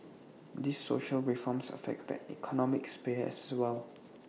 these social reforms affect the economic sphere as well